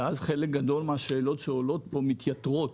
ואז חלק גדול מהשאלות שעולות פה, מתייתרות.